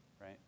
right